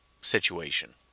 situation